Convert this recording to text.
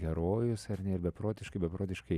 herojus ar ne ir beprotiškai beprotiškai